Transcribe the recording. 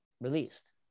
released